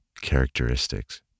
characteristics